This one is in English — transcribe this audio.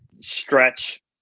stretch